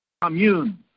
commune